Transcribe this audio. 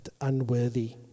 unworthy